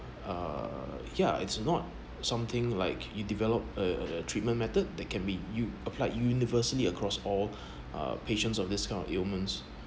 uh ya it's not something like you develop a a a treatment method that can be you applies universally across all uh patients of this kind of illness